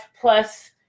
plus